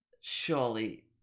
surely